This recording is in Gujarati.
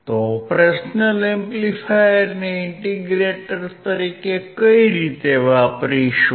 ઓપરેશનલ એમ્પ્લીફાયરને ઇન્ટીગ્રેટર તરીકે કઈ રીતે વાપરીશું